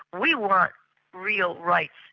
we want real rights,